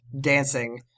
dancing